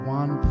one